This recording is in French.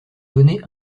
donné